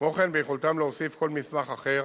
כמו כן, ביכולתם להוסיף כל מסמך אחר